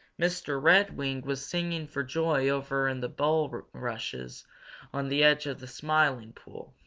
mr. redwing was singing for joy over in the bulrushes on the edge of the smiling pool.